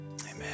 Amen